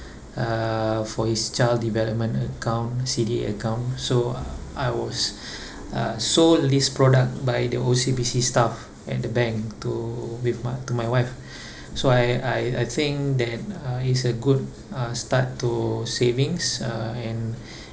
uh for his child development account C_D_A account so I was uh sold this product by the O_C_B_C staff and the bank to with my to my wife so I I I think that uh it's a good uh start to savings uh and